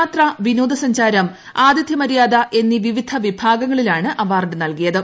യാത്ര വിനോദസഞ്ചാരം ആതിഥ്യമര്യാദ എന്നീ വിവിധ വിഭാഗങ്ങളിലാണ് അവാർഡ് നൽകിയത്